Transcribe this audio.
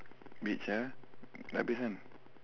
beach ah dah habis kan